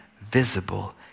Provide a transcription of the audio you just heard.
visible